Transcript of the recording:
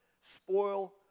spoil